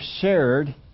shared